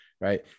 right